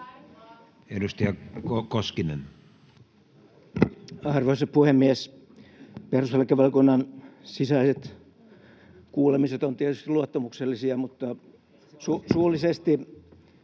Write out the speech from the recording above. Edustaja Koskinen. Arvoisa puhemies! Perustuslakivaliokunnan sisäiset kuulemiset ovat tietysti luottamuksellisia, [Timo Heinonen: